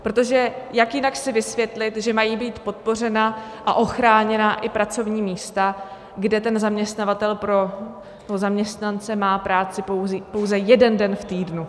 Protože jak jinak si vysvětlit, že mají být podpořena a ochráněna i pracovní místa, kde ten zaměstnavatel pro zaměstnance má práci pouze jeden den v týdnu?